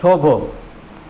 થોભો